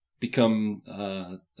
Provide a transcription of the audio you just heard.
Become